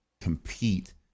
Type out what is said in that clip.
compete